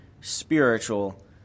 spiritual